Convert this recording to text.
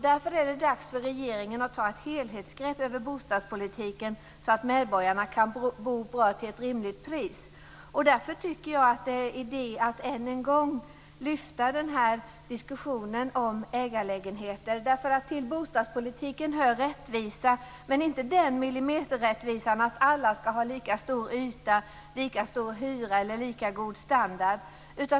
Därför är det dags för regeringen att ta ett helhetsgrepp över bostadspolitiken, så att medborgarna kan bo bra till ett rimligt pris. Därför tycker jag att det är idé att än en gång lyfta fram diskussionen om ägarlägenheter. Till bostadspolitiken hör rättvisa, men inte den millimeterrättvisan att alla skall ha lika stor yta, lika stor hyra eller lika god standard.